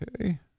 Okay